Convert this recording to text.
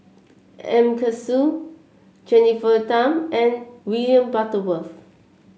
M Karthigesu Jennifer Tham and William Butterworth